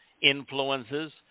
influences